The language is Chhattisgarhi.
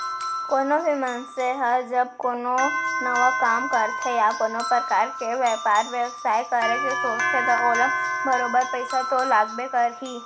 कोनो भी मनसे ह जब कोनो नवा काम करथे या कोनो परकार के बयपार बेवसाय करे के सोचथे त ओला बरोबर पइसा तो लागबे करही